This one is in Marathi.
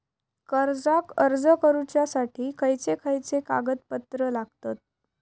कर्जाक अर्ज करुच्यासाठी खयचे खयचे कागदपत्र लागतत